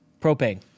Propane